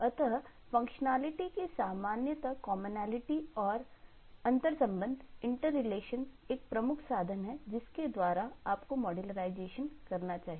अतः कार्यक्षमता फंक्शनैलिटी करना चाहिए